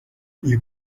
iyo